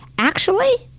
actually,